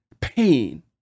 pain